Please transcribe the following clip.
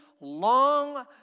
long